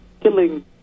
killing